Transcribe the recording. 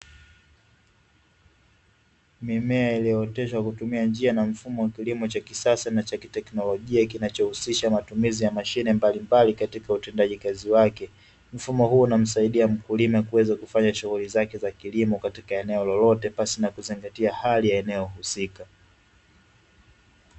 Mimea iliyooteshwa kwa kutumia njia na mfumo wa kilimo cha kisasa cha kiteknolojia kinachohusisha matumizi ya mashine mbalimbali katika utendaji wake, mfumo huo unamsaidia mkulima kuweza kufanya shughuli zake za kilimo katika eneo lolote pasipo kuzingatia hali ya eneo husika.